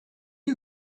you